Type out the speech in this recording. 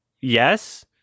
Yes